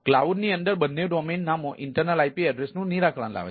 ક્લાઉડની અંદર બંને ડોમેઇન નામો ઇન્ટર્નલ IP એડ્રેસ નું નિરાકરણ લાવે છે